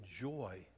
joy